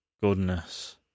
goodness